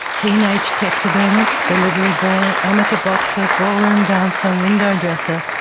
teenage taxidermist, delivery boy, amateur boxer, ballroom dancer, window dresser,